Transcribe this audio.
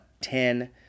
Ten